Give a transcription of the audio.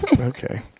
okay